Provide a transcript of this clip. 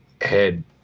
head